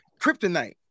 kryptonite